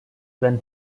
when